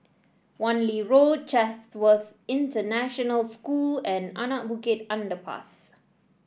Wan Lee Road Chatsworth International School and Anak Bukit Underpass